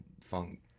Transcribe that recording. funk